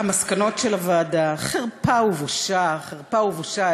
והמסקנות של הוועדה, חרפה ובושה, חרפה ובושה.